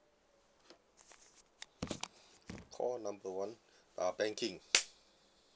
call number one uh banking